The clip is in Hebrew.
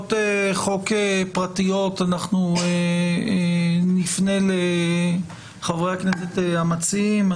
בהצעות חוק פרטיות אנחנו נפנה לחברי הכנסת המציעים.